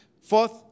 Fourth